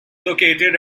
located